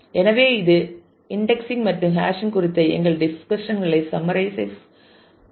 எனவே இது இன்டெக்ஸிங் மற்றும் ஹாஷிங் குறித்த எங்கள் டிஸ்கஷன் களை செம்மரைசஸ் செய்கிறது